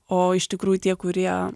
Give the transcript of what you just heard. o iš tikrųjų tie kurie